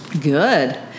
good